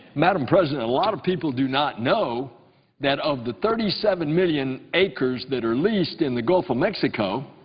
madam president, a lot of people do not know that of the thirty seven million achers that are leased in the gulf of mexico,